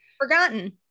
forgotten